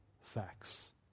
facts